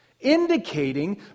indicating